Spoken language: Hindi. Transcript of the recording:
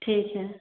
ठीक है